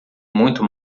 muito